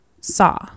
saw